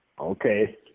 Okay